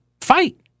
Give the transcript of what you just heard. fight